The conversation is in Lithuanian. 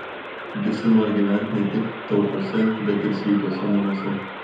visi nori gyventi ne tik taupiuose bet ir sveikuose namuose